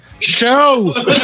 show